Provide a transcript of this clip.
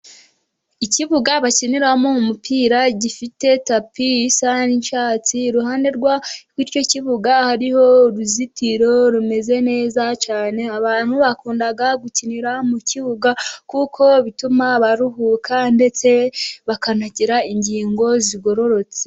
Ikibuga bakiniramo umupira, gifite tapi isa n'icyatsi, iruhande rw'icyo kibuga hariho uruzitiro rumeze neza cyane. Abantu bakunda gukinira mu kibuga kuko bituma baruhuka, ndetse bakanagira ingingo zigororotse.